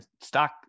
stock